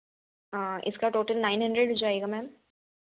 हाँ इसका total nine hundred हो जाएगा मैम